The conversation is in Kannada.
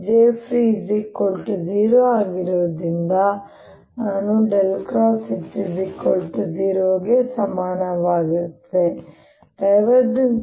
jfree0 ಆಗಿರುವುದರಿಂದ ನಾನು H0 ಗೆ ಸಮನಾಗಿರುತ್ತದೆ ಮತ್ತು